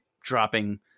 dropping